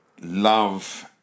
love